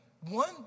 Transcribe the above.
one